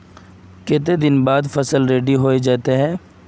केते दिन बाद फसल रेडी होबे जयते है?